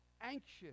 anxious